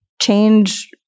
change